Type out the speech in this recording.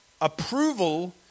Approval